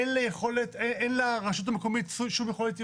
אין לרשות המקומית שום יכולת ערעור.